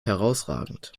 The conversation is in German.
herrausragend